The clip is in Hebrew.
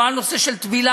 לא על נושא של טבילה,